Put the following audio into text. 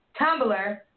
Tumblr